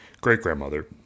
great-grandmother